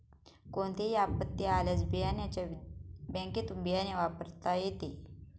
कोणतीही आपत्ती आल्यास बियाण्याच्या बँकेतुन बियाणे वापरता येते